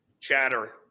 chatter